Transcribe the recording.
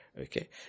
Okay